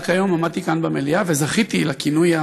רק היום עמדתי כאן במליאה וזכיתי לכינוי,